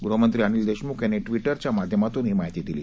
गृहमंत्री अनिल दशमुख यांनी ट्विटरच्या माध्यमातून ही माहिती दिली